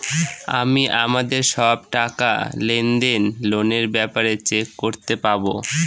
আমি আমাদের সব টাকা, লেনদেন, লোনের ব্যাপারে চেক করতে পাবো